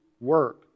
work